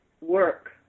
work